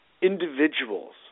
individuals